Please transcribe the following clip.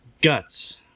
Guts